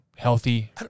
Healthy